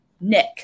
Nick